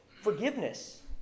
forgiveness